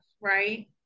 right